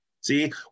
See